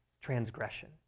transgression